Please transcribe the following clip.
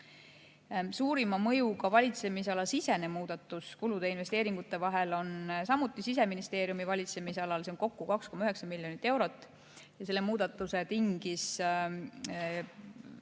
mõjuga valitsemisalasisene muudatus kulude ja investeeringute vahel on samuti Siseministeeriumi valitsemisalas, see on kokku 2,9 miljonit eurot. Selle muudatuse tingis